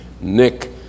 Nick